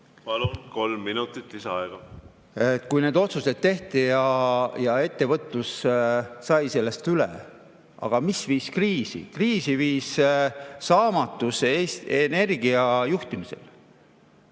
Palun, kolm minutit lisaaega! Kui need otsused tehti, siis ettevõtlus sai sellest üle. Aga mis viis kriisi? Kriisi viis saamatus Eesti energia juhtimisel.